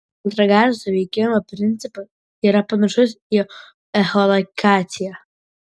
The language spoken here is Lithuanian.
ultragarso veikimo principas yra panašus į echolokaciją